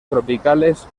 tropicales